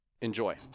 Enjoy